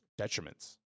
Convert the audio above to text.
detriments